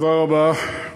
תודה רבה.